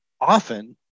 often